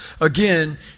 Again